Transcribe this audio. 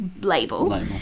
label